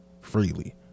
Freely